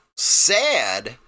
Sad